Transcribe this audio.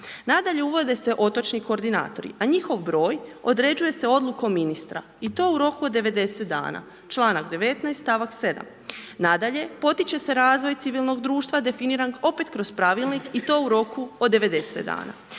Nadalje, uvode se otočni koordinatori, a njihov broj određuje se odlukom ministra i to u roku od 90 dana. Članak 19., st. 7. Nadalje, potiče se razvoj civilnog društva definiran opet kroz Pravilnik i to u roku od 90 dana.